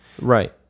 Right